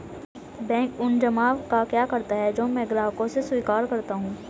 Bank उन जमाव का क्या करता है जो मैं ग्राहकों से स्वीकार करता हूँ?